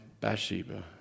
Bathsheba